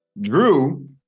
Drew